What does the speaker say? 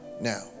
now